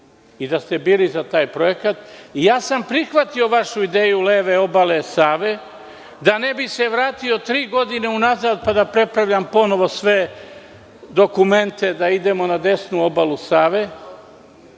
i da ste bili za taj projekat. Ja sam prihvatio vašu ideju leve obale Save, da se ne bih vratio tri godine unazad pa da prepravljam sve dokumente i da idemo na desnu obalu Save.